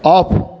off